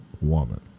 woman